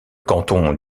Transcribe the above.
canton